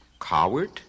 Coward